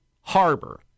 harbor